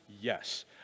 Yes